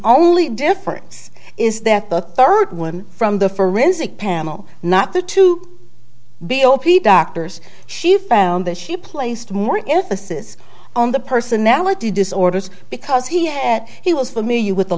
only difference is that the third one from the forensic panel not the to be o p doctors she found that she placed more emphasis on the personality disorders because he had he was familiar with the